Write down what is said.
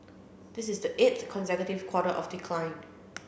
this is the eighth consecutive quarter of decline